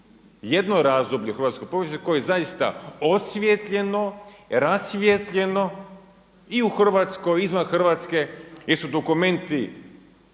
jedno razdoblje u hrvatskoj povijesti koje je zaista osvijetljeno, rasvijetljeno i u Hrvatskoj i izvan Hrvatske jer su dokumenti